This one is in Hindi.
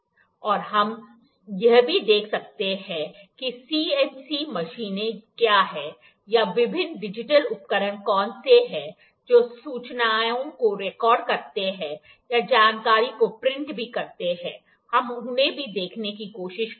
और हम यह भी देख सकते हैं कि CNC मशीनें क्या हैं या विभिन्न डिजिटल उपकरण कौन से हैं जो सूचनाओं को रिकॉर्ड करते हैं या जानकारी को प्रिंट भी करते हैं हम उन्हें भी देखने की कोशिश करेंगे